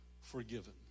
forgiven